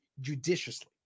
judiciously